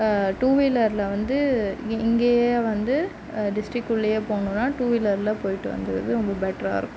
டூவீலரில் வந்து இங்கேயே வந்து டிஸ்ட்ரிடிக்குள்ளேயே போகணும்னா டூவீலரில் போய்ட்டு வந்துறது ரொம்ப பெட்டராக இருக்கும்